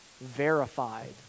verified